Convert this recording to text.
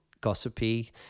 gossipy